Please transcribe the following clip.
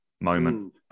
moment